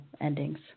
endings